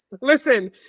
Listen